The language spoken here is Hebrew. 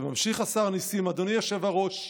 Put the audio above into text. וממשיך השר נסים: "אדוני היושב-ראש,